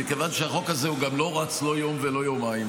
מכיוון שהחוק הזה גם לא רץ לא יום ולא יומיים,